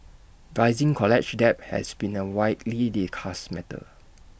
rising college debt has been A widely discussed matter